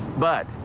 but,